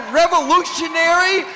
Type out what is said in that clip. revolutionary